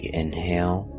inhale